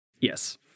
Yes